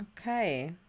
Okay